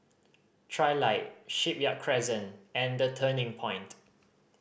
Trilight Shipyard Crescent and The Turning Point